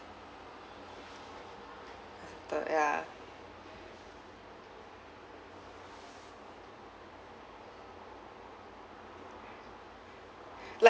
the ya like